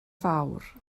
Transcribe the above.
fawr